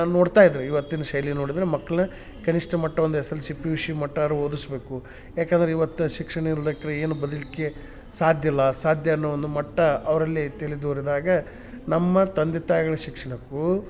ನೋಡ್ತಾ ಇದ್ದರು ಇವತ್ತಿನ ಶೈಲಿ ನೋಡಿದ್ರೆ ಮಕ್ಳು ಕನಿಷ್ಠ ಮಟ್ಟ ಒಂದು S L C P U C ಮಟ್ಟಾದ್ರು ಓದಿಸ್ಬೇಕು ಯಾಕಂದ್ರೆ ಇವತ್ತು ಶಿಕ್ಷಣ ಇಲ್ದಕ್ರೆ ಏನು ಬದುಕಲ್ಕೆ ಸಾಧ್ಯ ಇಲ್ಲ ಅಸಾಧ್ಯ ಅನ್ನೋ ಒಂದು ಮಟ್ಟ ಅವರಲ್ಲಿ ತಿಳಿದುರ್ದಾಗ ನಮ್ಮ ತಂದೆ ತಾಯಿಗಳ ಶಿಕ್ಷಣಕ್ಕೂ